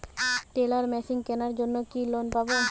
Teller machine কেনার জন্য কি লোন পাব?